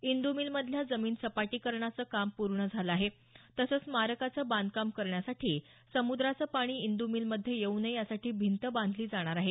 इंदू मिलमधल्या जमीन सपाटीकरणाचं काम पूर्ण झालं आहे तसंच स्मारकाचं बांधकाम करण्यासाठी समुद्राचं पाणी इंद् मिलमध्ये येऊ नये यासाठी भिंत बांधली जाणार आहे